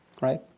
Right